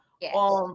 Yes